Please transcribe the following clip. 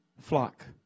flock